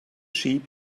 sheep